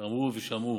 אמרו ושמעו,